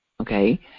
okay